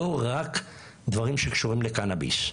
לא רק דברים שקשורים לקנביס.